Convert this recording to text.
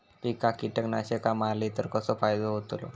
पिकांक कीटकनाशका मारली तर कसो फायदो होतलो?